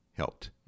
helped